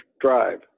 drive